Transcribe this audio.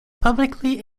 publicly